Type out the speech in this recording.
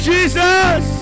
Jesus